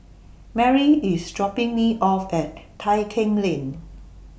Mary IS dropping Me off At Tai Keng Lane